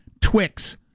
Twix